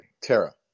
Tara